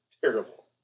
Terrible